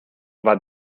war